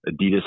Adidas